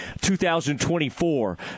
2024